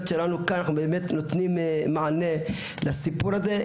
שלנו כאן באמת נותנת מענה לסיפור הזה,